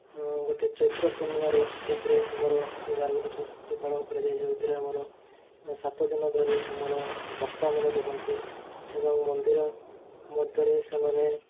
ଗୋଟେ ଚୈତ୍ର ପୂର୍ଣ୍ଣିମା ରହିଛି ସେଥିରେ ଆମର ଗାଁର ଗୋଟେ ସଂସ୍କୃତି ପାଳନ କରାଯାଏ ଯେଉଁଥିରେ ଆମର ସାତ ଦିନ ଧରି ଆମର ଭକ୍ତମାନେ ରୁହନ୍ତି ଏବଂ ମନ୍ଦିର ମଧ୍ୟରେ ସେମାନେ